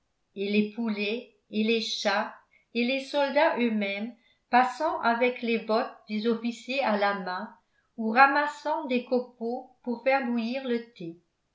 et les poulets et les chats et les soldats eux-mêmes passant avec les bottes des officiers à la main ou ramassant des copeaux pour faire bouillir le thé